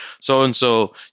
so-and-so